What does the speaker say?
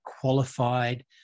qualified